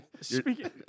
Speaking